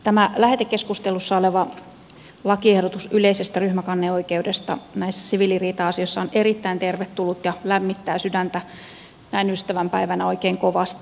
tämä lähetekeskustelussa oleva lakiehdotus yleisestä ryhmäkanneoikeudesta näissä siviiliriita asioissa on erittäin tervetullut ja lämmittää sydäntä näin ystävänpäivänä oikein kovasti